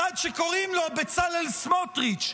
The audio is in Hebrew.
אחד שקוראים לו בצלאל סמוטריץ'.